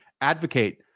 advocate